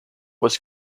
was